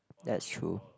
that's true